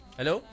hello